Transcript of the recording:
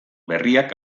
berriak